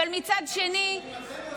אף אחד לא דיבר על הנושא הזה.